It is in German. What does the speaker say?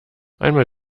einmal